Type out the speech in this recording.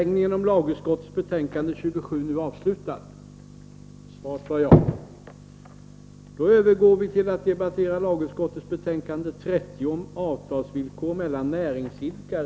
Kammaren övergår nu till att debattera lagutskottets betänkande 30 om avtalsvillkor mellan näringsidkare.